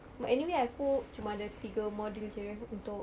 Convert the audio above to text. but anyway aku cuma ada tiga module jer untuk